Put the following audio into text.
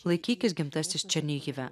laikykis gimtasis černyhive